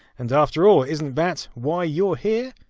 and after all, isn't that why you're here?